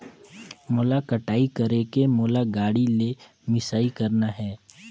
मोला कटाई करेके मोला गाड़ी ले मिसाई करना हे?